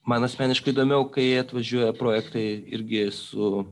man asmeniškai įdomiau kai atvažiuoja projektai irgi su